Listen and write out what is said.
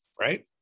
right